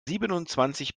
siebenundzwanzig